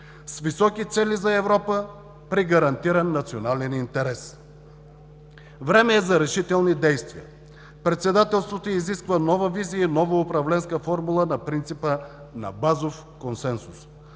с високи цели за Европа при гарантиран национален интерес. Време е за решителни действия. Председателството изисква нова визия и нова управленска формули на принципа на базов консенсус.